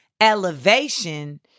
elevation